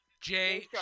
Jay